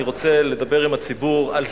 אני רוצה לדבר עם הציבור על ספטמבר.